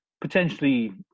potentially